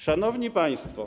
Szanowni Państwo!